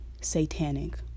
satanic